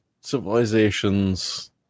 civilizations